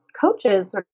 coaches